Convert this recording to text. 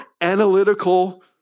analytical